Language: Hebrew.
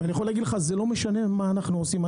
אני יכול להגיד לך, שזה לא משנה מה אנחנו עושים.